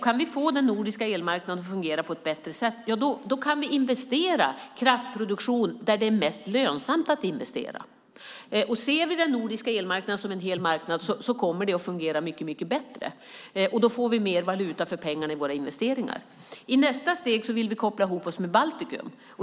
Kan vi få den nordiska elmarknaden att fungera på ett bättre sätt kan vi investera i kraftproduktion där det är mest lönsamt att investera. Ser vi den nordiska elmarknaden som en hel marknad kommer det att fungera mycket bättre, och då får vi mer valuta för pengarna i våra investeringar. I nästa steg vill vi koppla ihop oss med Baltikum.